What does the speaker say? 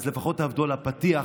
אז לפחות תעבדו על הפתיח,